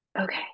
okay